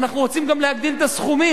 ואנחנו רוצים גם להגדיל את הסכומים.